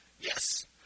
Yes